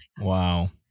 Wow